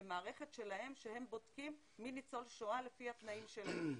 למערכת שלהם שהם בודקים מי ניצול שואה לפי התנאים שלהם.